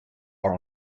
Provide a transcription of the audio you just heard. are